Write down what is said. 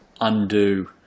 undo